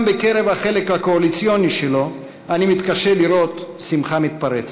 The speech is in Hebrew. בקרב החלק הקואליציוני שלו אני מתקשה לראות שמחה מתפרצת.